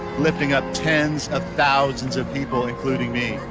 lifting up tens of thousands of people including me,